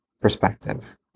perspective